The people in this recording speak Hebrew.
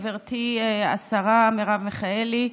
גברתי השרה מרב מיכאלי,